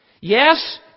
Yes